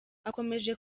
akomeje